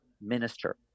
minister